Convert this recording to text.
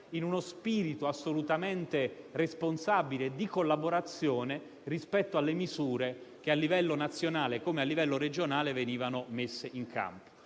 in uno spirito assolutamente responsabile di collaborazione rispetto alle misure che a livello nazionale come a livello regionale venivano messe in campo.